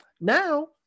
Now